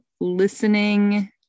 listening